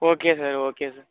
okay sir okay sir